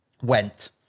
went